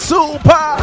Super